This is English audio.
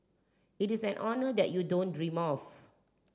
it is an honour that you don't dream of